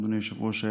אדוני היושב-ראש,